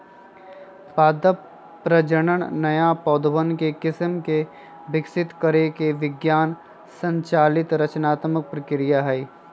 पादप प्रजनन नया पौधवन के किस्म के विकसित करे के विज्ञान संचालित रचनात्मक प्रक्रिया हई